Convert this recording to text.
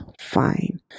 fine